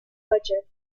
budget